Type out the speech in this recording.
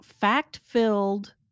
fact-filled